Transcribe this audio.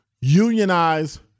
unionize